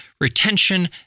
retention